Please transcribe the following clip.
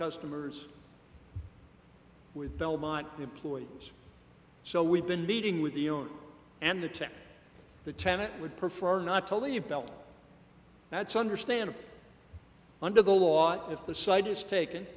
customers with belmont employees so we've been meeting with the and the to the tenant would prefer not to leave belt that's understandable under the law if the site is taken